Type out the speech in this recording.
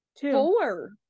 four